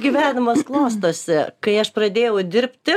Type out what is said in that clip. gyvenimas klostosi kai aš pradėjau dirbti